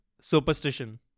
superstition